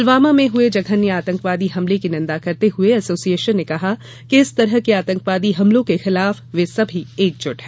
पुलवामा में हुए जघन्य आतंकवादी हमले की निन्दा करते हुए एसोसिएशन ने कहा कि इस तरह के आतंकवादी हमलों के खिलाफ वे सभी एकजुट हैं